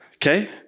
Okay